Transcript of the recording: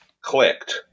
clicked